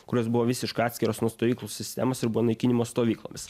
kurios buvo visiškai atskiros nuo stovyklų sistemos ir buvo naikinimo stovyklomis